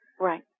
Right